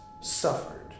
suffered